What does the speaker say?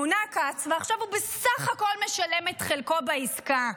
מונה כץ, ועכשיו הוא בסך הכול משלם את חלקו בעסקה.